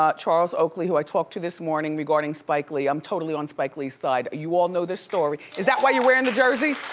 ah charles oakley, who i talked to this morning regarding spike lee. i'm totally on spike lee's side. you all know this story. is that why you're wearin' the jersey?